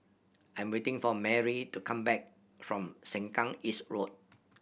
I am waiting for Merrie to come back from Sengkang East Road